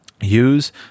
use